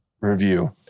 review